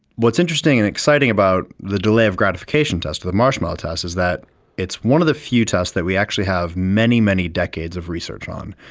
what's interesting and exciting about the delay of gratification test or the marshmallow test is that it's one of the few tests that we have many, many decades of research on,